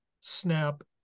Snap